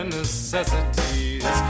necessities